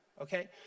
Okay